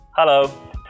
Hello